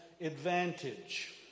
advantage